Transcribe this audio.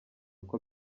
uko